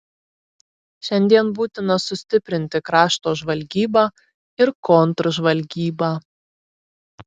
šiandien būtina sustiprinti krašto žvalgybą ir kontržvalgybą